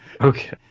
okay